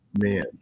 man